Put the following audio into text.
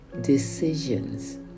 decisions